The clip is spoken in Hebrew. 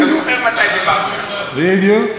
אתה זוכר מתי דיברנו, בדיוק.